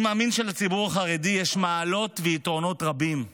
אני מאמין שלציבור החרדי יש מעלות ויתרונות רבים מאוד,